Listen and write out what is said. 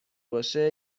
باشه